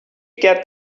get